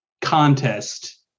contest